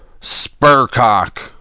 Spurcock